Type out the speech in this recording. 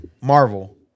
Marvel